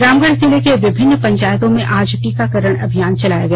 रामगढ़ जिले के विभिन्न पंचायतों में आज टीकाकरण अभियान चलाया गया